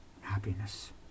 Happiness